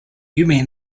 mean